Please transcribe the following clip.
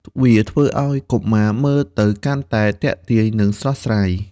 វាធ្វើឱ្យកុមារមើលទៅកាន់តែទាក់ទាញ និងស្រស់ស្រាយ។